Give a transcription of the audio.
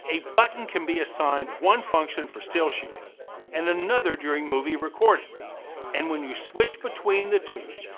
a button can be assigned one function for still shooting and another during movie recording and when you switch between the two,